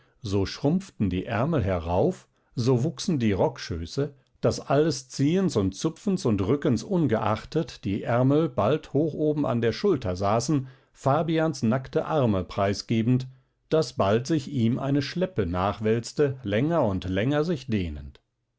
so schrumpften die ärmel herauf so wuchsen die rockschöße daß alles ziehens und zupfens und rückens ungeachtet die ärmel bald hoch oben an der schulter saßen fabians nackte arme preisgebend daß bald sich ihm eine schleppe nachwälzte länger und länger sich dehnend